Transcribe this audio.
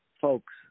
Folks